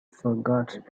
forgotten